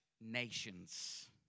nations